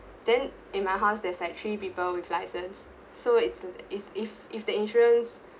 then in my house there's actually people with license so it's la~ it's if if the insurance